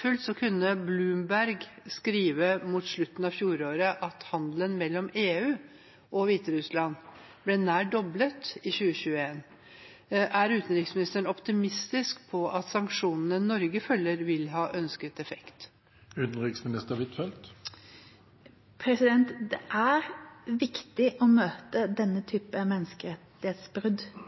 fullt kunne Bloomberg skrive mot slutten av fjoråret at handelen mellom EU og Hviterussland ble nær doblet i 2021. Er utenriksministeren optimistisk på at sanksjonene Norge følger, vil ha ønsket effekt? Det er viktig å møte denne type menneskerettighetsbrudd